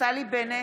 נפתלי בנט,